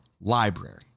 library